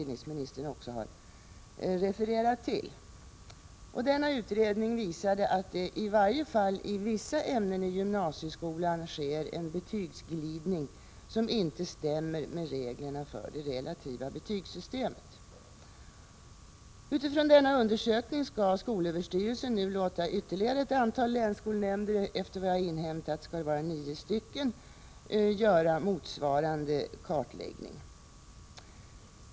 Denna utredning visade att det i varje fall i vissa ämnen i gymnasieskolan sker en betygsglidning, som inte stämmer med reglerna för det relativa betygssystemet. Utifrån denna undersökning skall skolöverstyrelsen nu låta ytterligare ett antal länsskolnämnder — nio stycken enligt vad jag har inhämtat — göra motsvarande kartläggning.